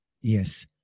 Yes